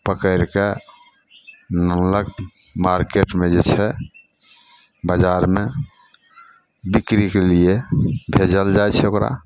पकड़िके आनलक मारकेटमे जे छै बजारमे बिक्रीके लिए भेजल जाइ छै ओकरा